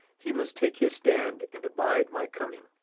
he must take his stand and abide my coming.